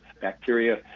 bacteria